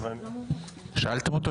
שאלתם אותו?